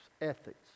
ethics